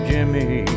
Jimmy